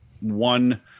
one